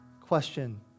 question